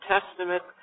Testament